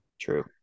True